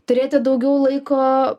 turėti daugiau laiko